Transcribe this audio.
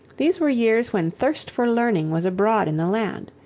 these were years when thirst for learning was abroad in the land.